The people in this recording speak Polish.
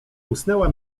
usnęła